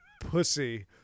pussy